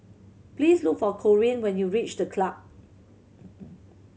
please look for Corine when you reach The Club